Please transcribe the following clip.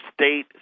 State